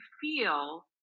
feel